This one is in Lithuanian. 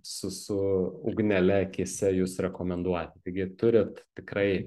su su ugnele akyse jus rekomenduoti taigi turit tikrai